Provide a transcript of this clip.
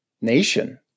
nation